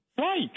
Right